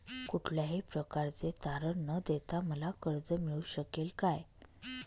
कुठल्याही प्रकारचे तारण न देता मला कर्ज मिळू शकेल काय?